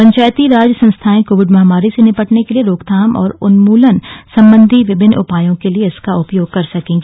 पंचायती राज संस्थाएं कोविड महामारी से निपटने के लिए रोकथाम और उन्मूलन संबंधी विभिन्न उपायों के लिए इसका उपयोग कर सकेंगी